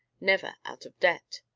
never out of debt.